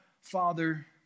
Father